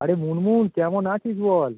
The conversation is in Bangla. আরে মুনমুন কেমন আছিস বল